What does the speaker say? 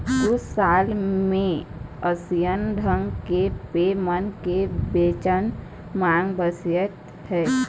कुछ साल म अइसन ढंग के ऐप मन के बनेच मांग बढ़िस हे